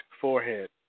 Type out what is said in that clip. forehead